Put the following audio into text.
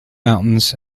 mountains